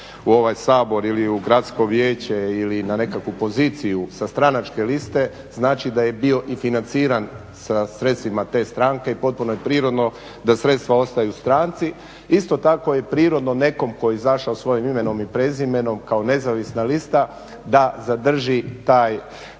u ovaj Sabor ili u gradsko vijeće ili na nekakvu poziciju sa stranačke liste znači da je bio i financiran sa sredstvima te stranke i potpuno je prirodno da sredstva ostaju stranci. Isto tako je prirodno nekom tko je izašao svojim imenom i prezimenom kao nezavisna lista da zadrži taj